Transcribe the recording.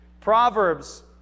Proverbs